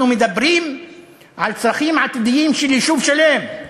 אנחנו מדברים על צרכים עתידיים של יישוב שלם.